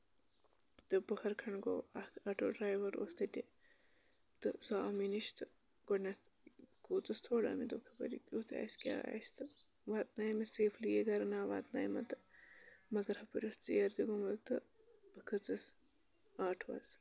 تہٕ پٔہر کھنڈ گوٚو اکھ آٹو ڈرایور اوس تَتہِ تہٕ سُہ آو مےٚ نِش تہٕ گۄڈٕنیتھ کھوٗژس تھوڑا مےٚ دوٚپ خبر کیُتھ آسہِ کیاہ آسہِ تہٕ واتناوے مےٚ سیفلی گرٕ نہ واتنایہِ تہٕ مَگر ہُپٲرۍ اوس ژیر تہِ گوٚومُت تہٕ بہٕ کھٔژٕس آٹووس